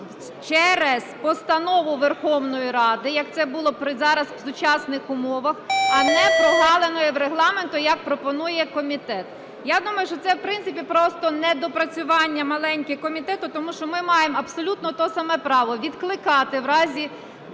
через постанову Верховної Ради, як це було зараз в сучасних умовах, а не прогалиною в Регламенті, як пропонує комітет. Я думаю, що це, в принципі, просто недопрацювання маленьке комітету, тому що ми маємо абсолютно те саме право: відкликати в разі